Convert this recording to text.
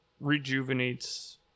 rejuvenates